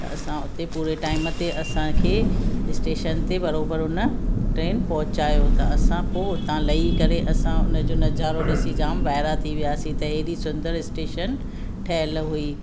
त असां उते पूरे टाइम ते असांखे स्टेशन ते बरोबरु उन ट्रेन पहुचायो त असां पोइ हुतां लही करे असां उन जो नज़ारो ॾिसी जामु वाइरा थी वियासीं त अहिड़ी सुंदरु स्टेशन ठहियलु हुई